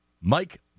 Mike